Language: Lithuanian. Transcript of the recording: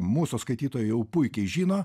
mūsų skaitytojai jau puikiai žino